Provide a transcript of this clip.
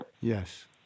Yes